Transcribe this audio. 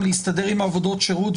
לעניין עבודות שירות,